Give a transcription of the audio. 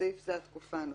(בסעיף זה התקופה הנוספת):